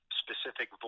specific